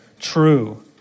True